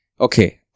Okay